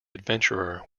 adventurer